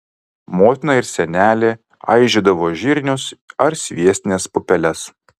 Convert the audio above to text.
motina ir senelė aižydavo žirnius ar sviestines pupeles